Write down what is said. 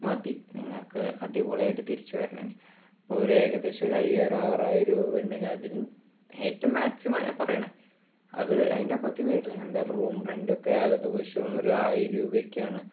മതി നിങ്ങൾക്ക് അടിപൊളിയായിട്ട് തിരിച്ചു വരണങ്കിൽ ഒരു ഏകദേശം ഒരയ്യായിരം ആറായിരം രൂപയായുണ്ടെങ്കിൽ അതിനും ഏറ്റവും മാക്സിമാ ഞാന് പറയണത് അത് അതിന്റെ ഒപ്പത്തിൽ വരില്ല എന്തായാലും റൂം റെന്റൊക്കെ ഏകദേശം ഒരായിരം രൂപയൊക്കെയാണ്